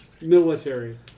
military